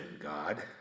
God